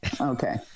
Okay